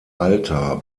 alter